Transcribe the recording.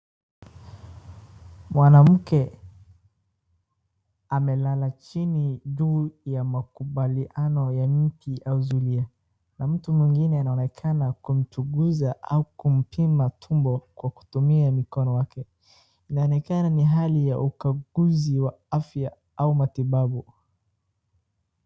Mwanamke amelala chini juu ya makubaliano ya mti au zulia, na mtu mwingine anaonekana kumchunguza au kumpima tumbo kwa kutumia mikono wake. Inaonekana ni hali ya ukaguzi wa afya au matibabu.